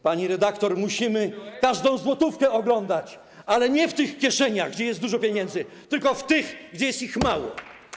Pani redaktor, musimy każdą złotówkę oglądać, ale nie w tych kieszeniach, gdzie jest dużo pieniędzy, tylko w tych, gdzie jest ich mało.